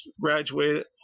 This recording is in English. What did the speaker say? graduated